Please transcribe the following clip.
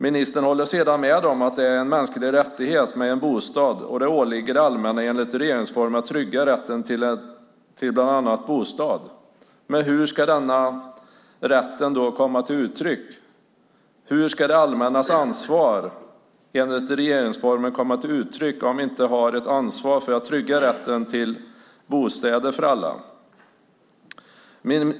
Ministern håller sedan med om att det är en mänsklig rättighet med en bostad och att det åligger det allmänna, enligt regeringsformen, att trygga rätten till bland annat en bostad. Men hur ska den rätten komma till uttryck? Hur ska det allmännas ansvar enligt regeringsformen komma till uttryck om vi inte har ett ansvar för att trygga rätten till bostäder för alla?